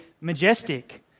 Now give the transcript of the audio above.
majestic